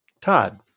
Todd